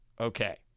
okay